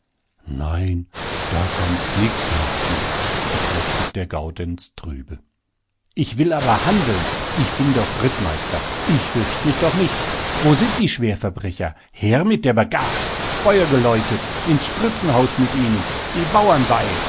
nein da kannst nix machen bekräftigt der gaudenz trübe ich will aber handeln ich bin doch rittmeister ich fürcht mich doch nicht wo sind die schwerverbrecher her mit der bagasch feuer geläutet ins spritzenhaus mit ihnen die bauern bei